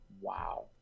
Wow